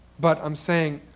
but i'm saying,